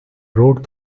rode